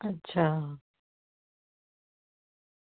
अच्छा